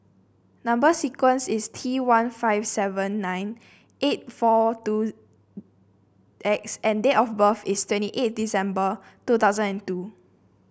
number sequence is T one five seven nine eight four two X and date of birth is twenty eight December two thousand and two